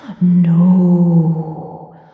No